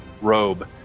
robe